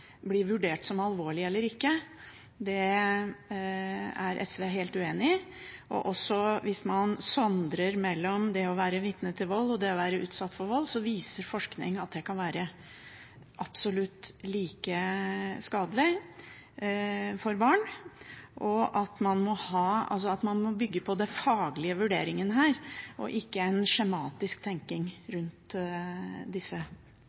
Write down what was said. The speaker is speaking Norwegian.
SV helt uenig i. Også hvis man sondrer mellom det å være vitne til vold og det å være utsatt for vold, viser forskning at det å være vitne til vold kan være absolutt like skadelig for barn. Man må bygge på de faglige vurderingene her og ikke ha en skjematisk tenkning rundt disse